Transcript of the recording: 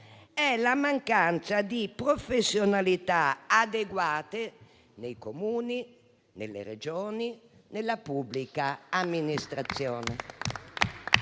è la mancanza di professionalità adeguate nei Comuni, nelle Regioni e nella pubblica amministrazione.